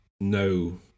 no